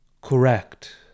correct